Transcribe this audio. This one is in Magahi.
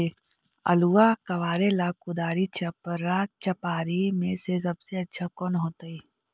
आलुआ कबारेला कुदारी, चपरा, चपारी में से सबसे अच्छा कौन होतई?